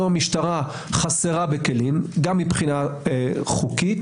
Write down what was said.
היום המשטרה חסרה בכלים גם מבחינה חוקית,